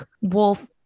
wolf